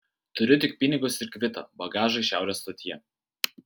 turiu tik pinigus ir kvitą bagažui šiaurės stotyje